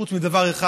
חוץ מדבר אחד,